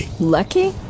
Lucky